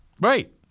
Right